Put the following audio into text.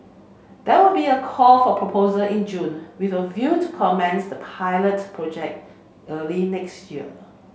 there will be a call for proposal in June with a view to commence the pilot project early next year